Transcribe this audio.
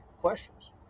questions